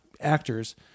actors